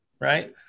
right